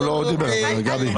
הוא לא דיבר על זה, גבי.